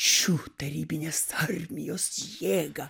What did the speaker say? šių tarybinės armijos jėga